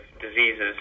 diseases